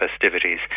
festivities